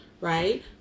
right